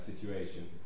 situation